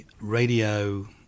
radio